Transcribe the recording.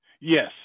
Yes